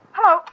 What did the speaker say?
Hello